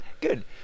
good